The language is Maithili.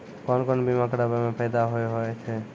कोन कोन बीमा कराबै मे फायदा होय होय छै?